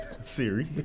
Siri